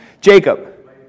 Jacob